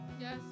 Yes